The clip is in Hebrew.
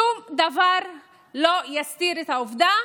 שום דבר לא יסתיר את העובדה